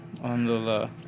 Alhamdulillah